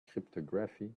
cryptography